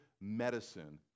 medicine